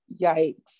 yikes